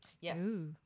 yes